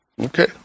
Okay